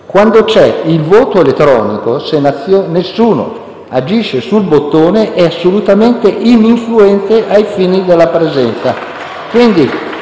quando c'è il voto elettronico, se nessuno agisce sul bottone è assolutamente ininfluente ai fini della presenza